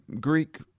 Greek